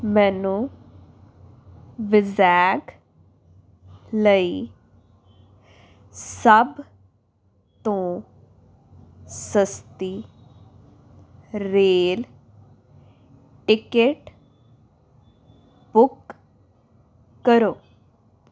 ਮੈਨੂੰ ਵੀਜ਼ੈਗ ਲਈ ਸਭ ਤੋਂ ਸਸਤੀ ਰੇਲ ਟਿਕਟ ਬੁੱਕ ਕਰੋ